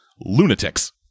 Lunatics